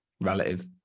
relative